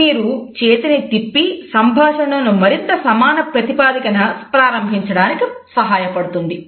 ఇది మీరు చేతిని తిప్పి సంభాషణను మరింత సమాన ప్రాతిపదికన ప్రారంభించడానికి సహాయపడుతుంది